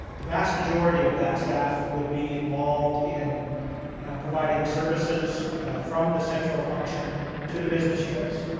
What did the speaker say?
the vast majority of that staff would be involved in providing services from the central function to the business units.